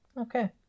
okay